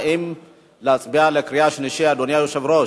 האם להצביע בקריאה שלישית, אדוני היושב-ראש?